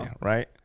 right